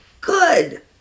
good